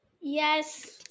Yes